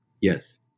Yes